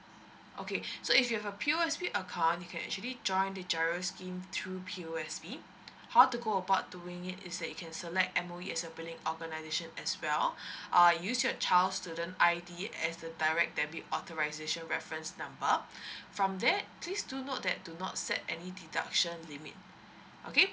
okay so if you have P_O_S_B account you can actually join the giro scheme through P_O_S_B how to go about doing it is that you can select M_O_E as a billing organization as well err use your child student I_D as a direct debit authorisation reference number from that please do note that do not set any deduction limit okay